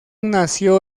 nació